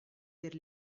per